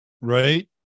right